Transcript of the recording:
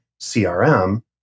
CRM